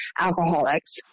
alcoholics